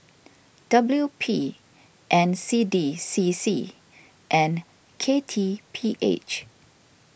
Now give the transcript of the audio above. W P N C D C C and K T P H